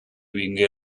vingué